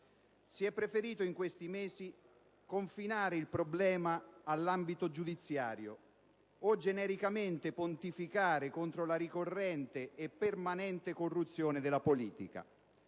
Si è preferito in questi mesi confinare il problema all'ambito giudiziario o genericamente pontificare contro la ricorrente e permanente corruzione della politica